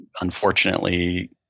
unfortunately